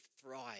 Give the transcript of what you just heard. thrive